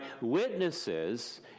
witnesses